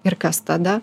ir kas tada